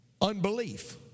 Unbelief